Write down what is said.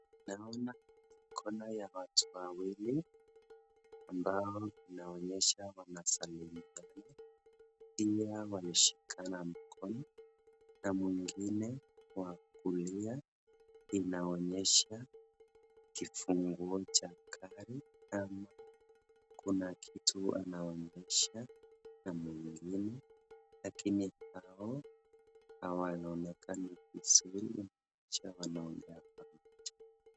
Ninaona mikono ya watu wawili ambayo inaonyesha wanasalimiana pia wameshikana mkono na mwingine wa kulia inaonyesha kifunguo cha gari ama kuna kitu anaonyesha na mwingine lakini hao hawaonekani vizuri inaonyesha wanaongea pamoja